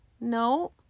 No